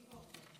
מפה.